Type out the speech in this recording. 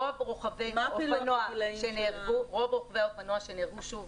רוב רוכבי האופנוע שנהרגו שוב,